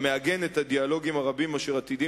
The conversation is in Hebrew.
המעגן את הדיאלוגים הרבים אשר עתידים